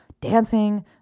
dancing